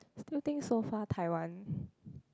still think so far Taiwan